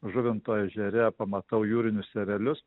žuvinto ežere pamatau jūrinius erelius